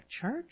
church